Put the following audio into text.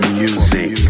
music